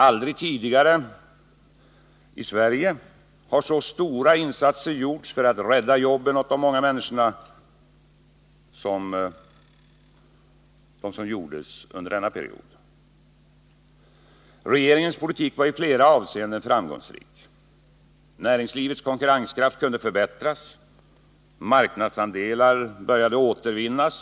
Aldrig tidigare i Sverige har så stora insatser gjorts för att rädda jobben åt de många människorna som under denna period. Regeringens politik var i flera avseenden framgångsrik. Näringslivets konkurrenskraft kunde förbättras och marknadsandelar började återvinnas.